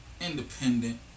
independent